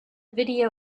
video